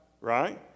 Right